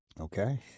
Okay